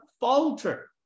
falter